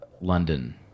London